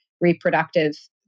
reproductive